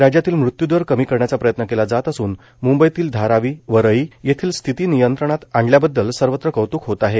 राज्यातील मृत्यू दर कमी करण्याचा प्रयत्न केला जात असून मुंबईतील धारावी वरळी येथील स्थिती नियंत्रणात आणल्याबददल सर्वंत्र कौत्क होत आहे